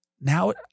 Now